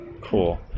cool